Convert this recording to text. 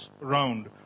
round